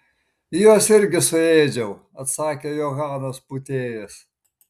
juos irgi suėdžiau atsakė johanas pūtėjas